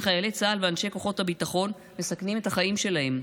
שחיילי צה"ל ואנשי כוחות הביטחון בג'נין מסכנים את החיים שלהם.